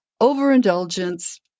overindulgence